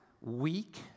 weak